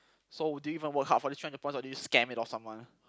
so did you even work hard for this three hundred points or did you just scam it off someone